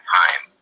time